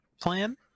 plan